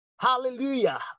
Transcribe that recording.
Hallelujah